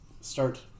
start